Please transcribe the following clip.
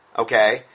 Okay